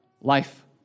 life